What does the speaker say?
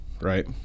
right